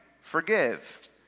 forgive